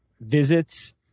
visits